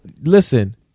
listen